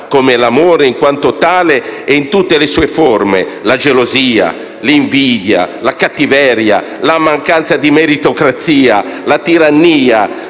come l'amore in quanto tale e in tutte le sue forme (la gelosia, l'invidia, la cattiveria, la mancanza di meritocrazia, la tirannia)